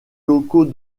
locaux